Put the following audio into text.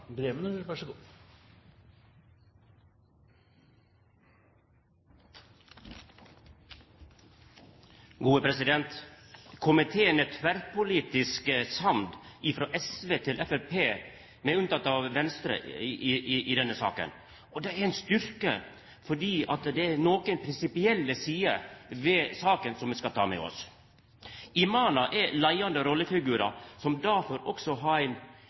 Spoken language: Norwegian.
til Framstegspartiet, med unntak av Venstre – tverrpolitisk samd i denne saka. Det er ein styrke, for det er nokre prinsipielle sider ved saka som vi skal ta med oss. Imamar er leiande rollefigurar, som difor også har